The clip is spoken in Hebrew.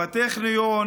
בטכניון,